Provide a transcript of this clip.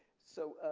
so,